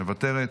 מוותרת,